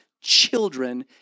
children